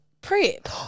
Prep